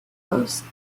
close